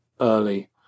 early